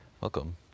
Welcome